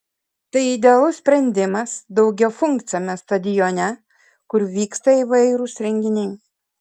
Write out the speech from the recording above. tai idealus sprendimas daugiafunkciame stadione kur vyksta įvairūs renginiai